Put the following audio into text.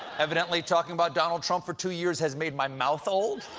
evidently, talking about donald trump for two years has made my mouth old.